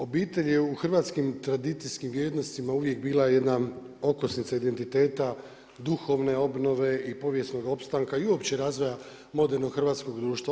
Obitelj je u hrvatskim tradicijskim vrijednostima uvijek bila okosnica identiteta duhovno obnove i povijesnoga opstanka i uopće razvoja modernog hrvatskog društva.